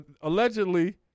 allegedly